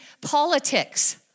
politics